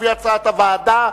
לפי הצעת הוועדה.